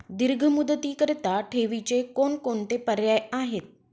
दीर्घ मुदतीकरीता ठेवीचे कोणकोणते पर्याय आहेत?